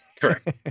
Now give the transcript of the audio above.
Correct